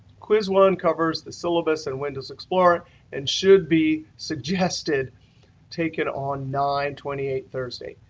quiz one covers the syllabus and windows explorer and should be suggested taken on nine twenty eight thursday.